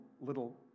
little